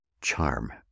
charm